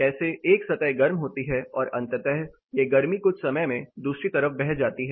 कैसे एक सतह गर्म होती है और अंततः यह गर्मी कुछ समय में दूसरी तरफ बह जाती है